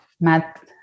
math